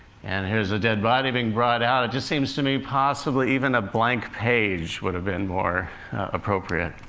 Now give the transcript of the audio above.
and here's a dead body being brought out. it just seems to me possibly even a blank page would have been more appropriate.